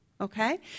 okay